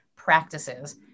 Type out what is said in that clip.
practices